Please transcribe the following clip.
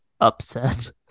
upset